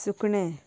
सुकणें